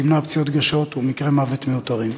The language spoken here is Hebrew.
תמנע פציעות קשות ומקרי מוות מיותרים.